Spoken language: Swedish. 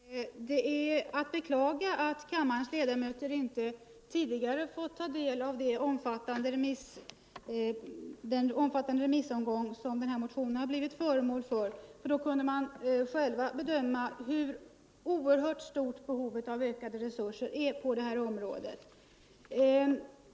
Herr talman! Det är att beklaga att kammarens ledamöter inte tidigare fått ta del av den omfattande remissomgång som den här motionen blivit föremål för. Då kunde de själva bedömt hur oerhört stort behovet av ökade resurser är på det här området.